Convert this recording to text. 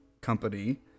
company